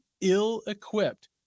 ill-equipped